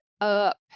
up